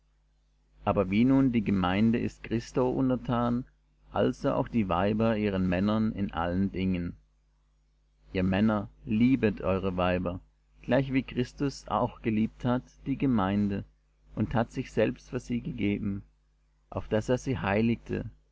aber wie nun die gemeinde ist christo untertan also auch die weiber ihren männern in allen dingen ihr männer liebet eure weiber gleichwie christus auch geliebt hat die gemeinde und hat sich selbst für sie gegeben auf daß er sie heiligte